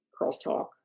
crosstalk